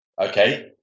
okay